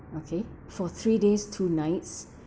okay for three days two nights